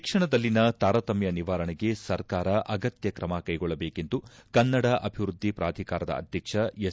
ಶಿಕ್ಷಣದಲ್ಲಿನ ತಾರತಮ್ಯ ನಿವಾರಣೆಗೆ ಸರ್ಕಾರ ಅಗತ್ಯ ಕ್ರಮ ಕೈಗೊಳ್ಳಬೇಕೆಂದು ಕನ್ನಡ ಅಭಿವೃದ್ದಿ ಪ್ರಾಧಿಕಾರದ ಅಧ್ಯಕ್ಷ ಎಸ್